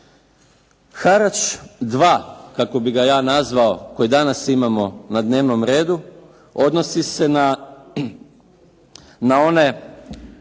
Harač 2, kako bih ga ja nazvao, koji danas imamo na dnevnom redu odnosi se na one